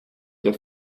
der